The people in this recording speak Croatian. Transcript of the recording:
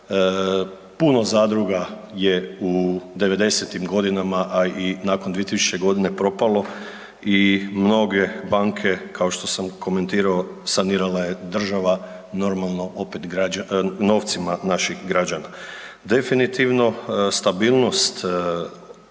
puno zadruga je u '90.-tim godinama, a i nakon 2000. godine propalo i mnoge banke kao što sam komentirao sanirala je država normalno opet novcima naših građana. Definitivno stabilnost